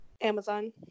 Amazon